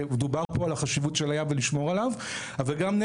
ודובר פה על החשיבות של הים ועל לשמור עליו אבל גם,